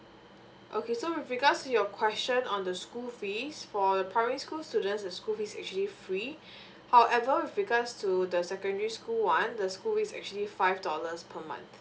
okay so with regards to your question on the school fees for primary school students the school fees actually free however with regards to the secondary school [one] the school fees actually five dollars per month